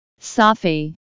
Safi